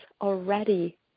already